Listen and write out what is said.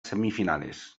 semifinales